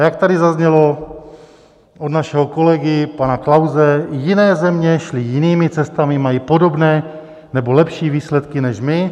A jak tady zaznělo od našeho kolegy pana Klause, jiné země šly jinými cestami, mají podobné nebo lepší výsledky než my.